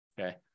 okay